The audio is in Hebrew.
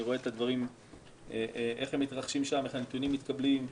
אני רואה איך הדברים מתרחשים ואיך הנתונים מתקבלים.